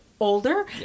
older